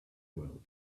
world